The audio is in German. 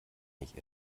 nicht